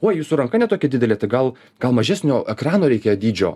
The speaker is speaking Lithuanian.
o jūsų ranka ne tokia didelė tai gal gal mažesnio ekrano reikia dydžio